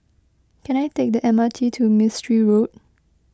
can I take the M R T to Mistri Road